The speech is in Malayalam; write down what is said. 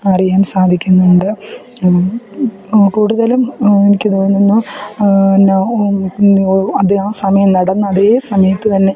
അറിയാൻ സാധിക്കുന്നുണ്ട് കുടുതലും എനിക്ക് തോന്നുന്നത് എന്നാ അത് ആ സമയം നടന്ന അതേ സമയത്ത് തന്നെ